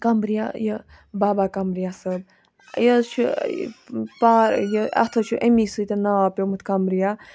قَمرِیا یہِ بابا قَمرِیا صٲب یہِ حظ چھُ یہِ اَتھ حظ چھُ امے سۭتۍ ناو پیومُت قَمرِیا